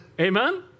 Amen